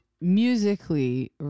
musically